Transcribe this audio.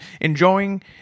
enjoying